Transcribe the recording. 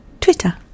twitter